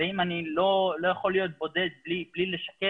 אם אני לא יכול להיות בודד בלי לשקר